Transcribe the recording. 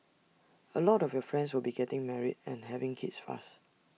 A lot of your friends will be getting married and having kids fast